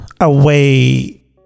away